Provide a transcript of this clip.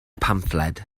pamffled